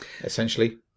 essentially